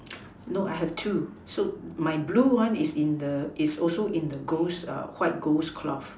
no I have two so my blue one is in the mid also in the ghost white ghost cloth